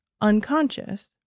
Unconscious